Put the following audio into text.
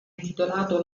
intitolato